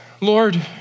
Lord